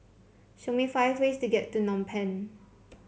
show me five ways to get to Phnom Penh